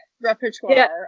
repertoire